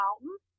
Mountains